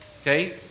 Okay